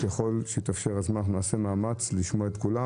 ככל שיתאפשר הזמן אנחנו נעשה מאמץ לשמוע את כולם.